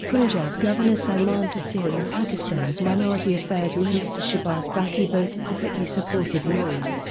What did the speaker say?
punjab governor salmaan taseer and pakistan's minority affairs minister shahbaz bhatti both publicly supported noreen,